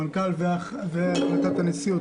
המנכ"ל והחלטת הנשיאות.